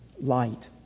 Light